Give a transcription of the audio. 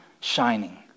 shining